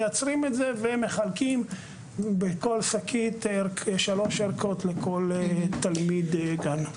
מייצרים את זה ומחלקים בכל שקית שלוש ערכות לכל תלמיד גן.